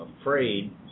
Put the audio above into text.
afraid